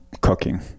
cooking